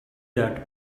that